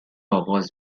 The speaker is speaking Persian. آغاز